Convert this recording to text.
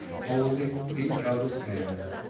holding each other's hand.